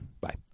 bye